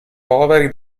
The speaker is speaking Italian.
poveri